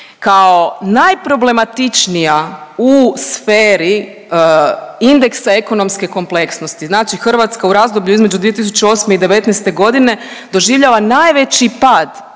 kao najproblematičnija u sferi indeksa ekonomske kompleksnosti. Znači Hrvatska u razdoblju između 2008. i '19.g. doživljava najveći pad